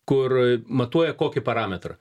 kur matuoja kokį parametrą